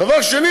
דבר שני,